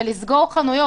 שיכול לסגור חנויות.